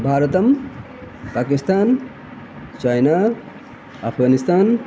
भारतं पाकिस्तान् चैना अफ्गानिस्तान्